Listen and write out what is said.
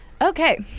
Okay